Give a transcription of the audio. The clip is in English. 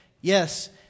yes